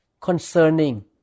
concerning